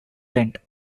rent